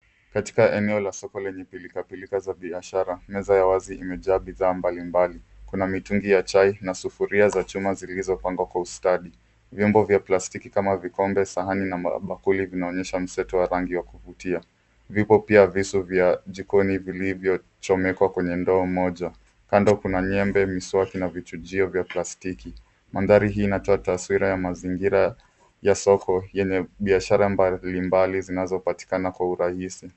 Katika eneo la soko lenye pilikapilika za biashara, meza ya wazi imejaa bidhaa mbalimbali. Kuna mitungi ya chai, na sufuria za chuma zilizopangwa kwa ustadi. Vyombo vya plastiki kama vikombe, sahani, na mabakuli vinaonyesha mseto wa rangi wa kuvutia. Vipo pia visu vya jikoni vilivyochomekwa kwenye ndoo moja. Kando kuna nyembe, miswati, na vichujio vya plastiki. Mandhari hii inatoa taswira ya mazingira ya soko, yenye biashara mbalimbali zinazopatikana kwa urahisi.